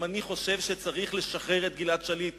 גם אני חושב שצריך לשחרר את גלעד שליט,